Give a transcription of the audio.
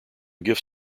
gift